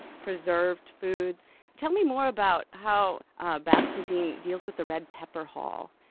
preserved foods tell me more about how ah basque cuisine deals with the red pepper hull.